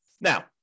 Now